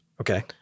Okay